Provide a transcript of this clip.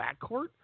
backcourt